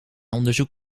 onderzoek